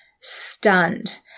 stunned